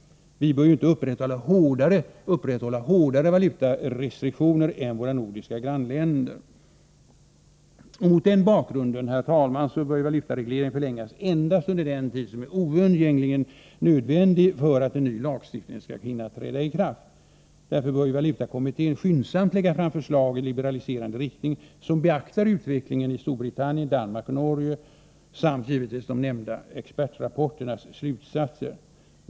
Vi bör ju inte upprätthålla hårdare valutarestriktioner än våra nordiska grannländer. Mot den bakgrunden, herr talman, bör valutaregleringen förlängas endast under den tid som är oundgängligen nödvändig för att en ny lag skall hinna träda i kraft. Därför bör valutakommittén skyndsamt lägga fram förslag i liberaliserande riktning som beaktar utvecklingen i Storbritannien, Danmark och Norge samt — givetvis — slutsatserna i nämnda expertrapporter.